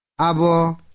Abo